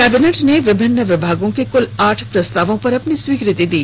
cabinet ने विभिन्न विभागों के कुल आठ प्रस्तावों पर अपनी स्वीकृति दी